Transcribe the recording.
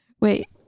Wait